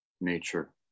nature